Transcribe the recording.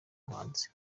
muhanzi